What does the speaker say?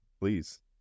please